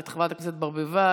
את חברת הכנסת ברביבאי,